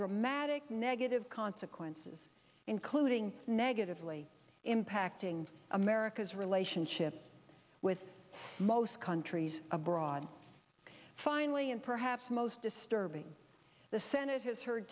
dramatic negative consequences including negatively impacting america's relationship with most countries abroad finally and perhaps most disturbing the senate has he